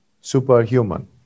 superhuman